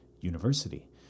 university